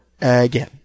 again